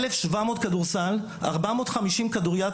1,700 משחקי כדורסל,